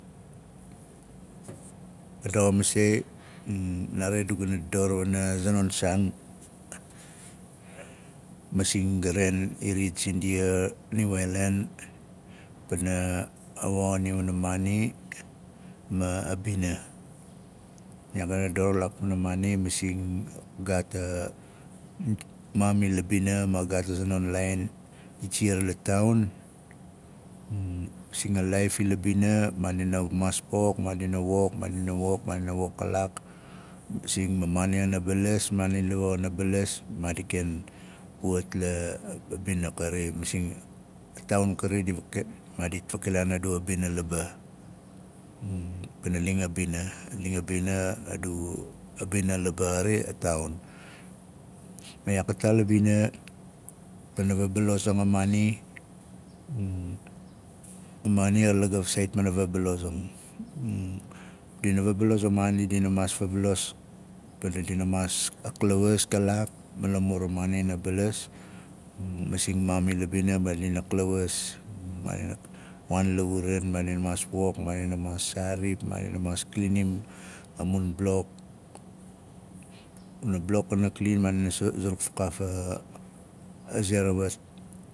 Ka daxa masei naari adu gana dador wana zanon saaan masing ga ren iriyat sindia niu aailan pana a woin iwana a maani ma a bina. Iyaak gana dador laak wana maani masing gaat a maan ila bina ma gaat azanon laain dit siar la taaun masing a laaif ila bina maadina maas pok maadina wok maadina wok maadina wok maadina maas wok kalaak masing ma maani xana balas maani lawa xana balas maadina ken puwat a- a bina la kari masing a taaun kari di faki maadi fakilaan aduabina laba pana ling a bina a ling a bina a du a bina laba xari adu a taaun ma iyaak a taa la bina pana vabalo aang a maana a maana xa lagaf saait pana vabalosang dina vaboloz a maana dina maas fabalos pana dina maas a klawas kalak ma lamur a maana ana balas. Masing maam ila bina maadina maas klawas maadina waan la uran maadina maas wok. Maadina maas saarip maadinga maas klinim a mun blok kana blok kana klin maadina zuruk fakaaf a- a- aze ra wat